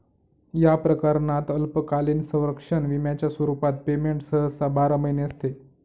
या प्रकरणात अल्पकालीन संरक्षण विम्याच्या स्वरूपात पेमेंट सहसा बारा महिने असते